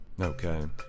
Okay